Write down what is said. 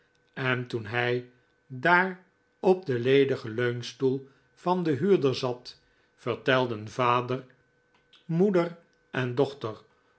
en toen hij daar op den ledigen leunstoel van den huurder zat vertelden vader moeder en dochter